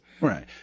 Right